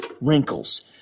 wrinkles